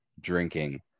drinking